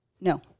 no